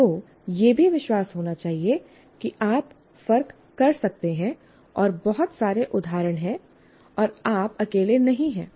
आपको यह भी विश्वास होना चाहिए कि आप फर्क कर सकते हैं और बहुत सारे उदाहरण हैं और आप अकेले नहीं हैं